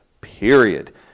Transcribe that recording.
period